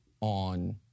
on